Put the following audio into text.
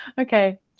Okay